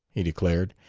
he declared.